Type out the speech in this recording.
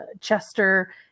chester